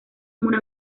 una